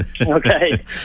Okay